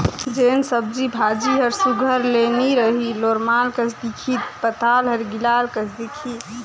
जेन सब्जी भाजी हर सुग्घर ले नी रही लोरमाल कस दिखही पताल हर गिलाल कस दिखही